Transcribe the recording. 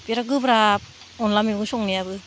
बिरात गोब्राब अनला मैगं संनायाबो